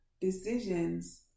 decisions